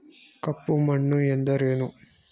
ಕಪ್ಪು ಮಣ್ಣು ಎಂದರೇನು?